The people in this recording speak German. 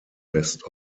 best